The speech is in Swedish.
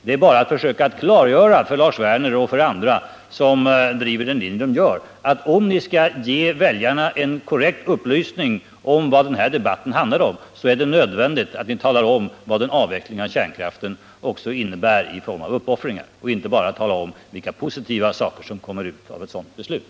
Det är bara att försöka klargöra för Lars Werner och andra som driver den linje de gör att om de skall ge väljarna en korrekt upplysning om vad denna debatt handlar om, är det nödvändigt att tala om vad en avveckling av kärnkraften innebär i fråga om uppoffringar. Det räcker inte med att bara tala om de positiva effekterna av ett sådant beslut.